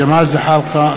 ג'מאל זחאלקה,